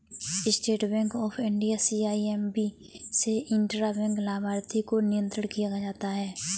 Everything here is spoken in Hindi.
state Bank of India CIMB से इंट्रा बैंक लाभार्थी को नियंत्रण किया जाता है